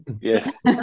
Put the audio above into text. yes